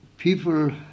people